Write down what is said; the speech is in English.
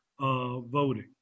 voting